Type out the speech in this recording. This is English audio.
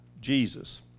Jesus